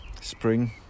spring